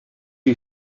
you